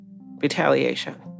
retaliation